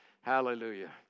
hallelujah